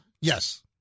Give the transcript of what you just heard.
Yes